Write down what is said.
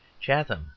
chatham